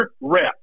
rep